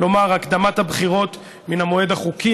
לומר: הקדמת הבחירות מן המועד החוקי,